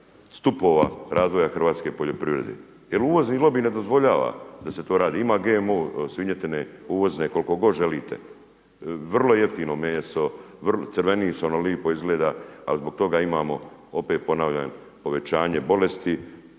stupova razvoja hrvatske poljoprivrede, jel uvozni lobi ne dozvoljava da se to radi, ima GM svinjetine uvozne koliko god želite, vrlo jednostavno meso, crveni se, ono lipo izgleda, ali zbog toga imamo, opet ponavljam povećanje bolesti,